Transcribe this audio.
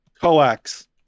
coax